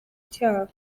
cyaha